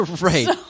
right